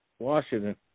Washington